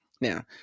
now